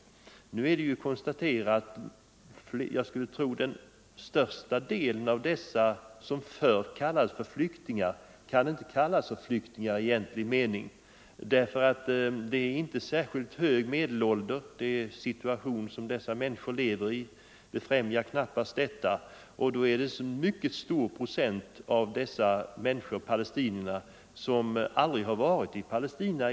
Nu är det konstaterat att den största delen av de människor som förr kallades flyktingar inte kan kallas flyktingar i egentlig mening. Medelåldern bland dessa människor är inte särskilt hög — den situation de lever i befrämjar knappast hög ålder - och en mycket stor procent av palestinierna har aldrig varit i Palestina.